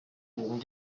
wogen